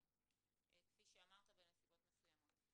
כמו שאמרת בנסיבות מסוימות.